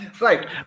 right